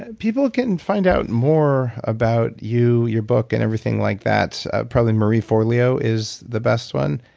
people can find out more about you, your book and everything like that. probably marieforleo is the best one.